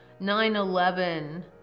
9-11